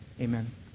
Amen